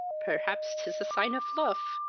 perhaps tis a sign of luf,